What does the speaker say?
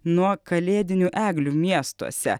nuo kalėdinių eglių miestuose